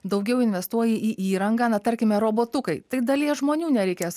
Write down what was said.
daugiau investuoji į įrangą na tarkime robotukai tai dalies žmonių nereikės